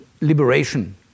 liberation